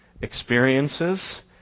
experiences